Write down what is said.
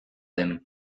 den